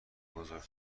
بزرگ